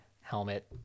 helmet